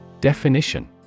Definition